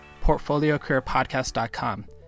PortfolioCareerPodcast.com